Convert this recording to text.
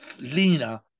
leaner